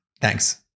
Thanks